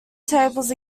tables